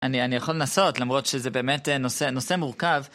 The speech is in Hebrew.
אני יכול לנסות, למרות שזה באמת נושא מורכב.